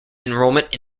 enrollment